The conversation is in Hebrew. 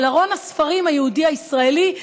של ארון הספרים היהודי והישראלי.